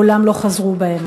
מעולם לא חזרו בהם.